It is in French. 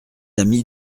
ami